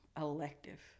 elective